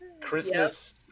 Christmas